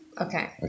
Okay